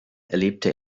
erlebte